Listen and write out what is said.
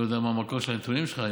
אני לא יודע מה המקור של הנתונים שלך.